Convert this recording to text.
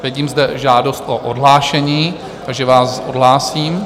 Vidím zde žádost o odhlášení, takže vás odhlásím.